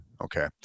Okay